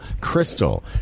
Crystal